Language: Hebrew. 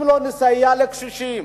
אם לא נסייע לקשישים,